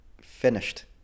finished